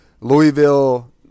Louisville